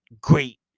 great